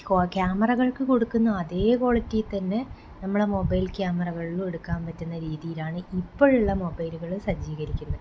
ക്യാമറകൾക്ക് കൊടുക്കുന്ന അതേ ക്വാളിറ്റിയിൽ തന്നെ നമ്മുടെ മൊബൈൽ ക്യാമറകളിലും എടുക്കാൻ പറ്റുന്ന രീതിയിലാണ് ഇപ്പോഴുള്ള മൊബൈലുകൾ സജ്ജീകരിക്കുന്നത്